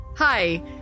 Hi